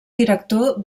director